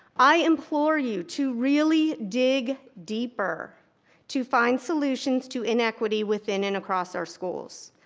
i implore you to really dig deeper to find solutions to inequity within and across our schools.